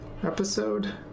Episode